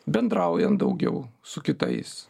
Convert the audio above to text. bendraujant daugiau su kitais